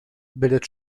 bildet